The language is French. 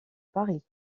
paris